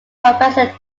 professor